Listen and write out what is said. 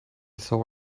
saw